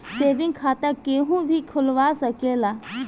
saving खाता केहू भी खोलवा सकेला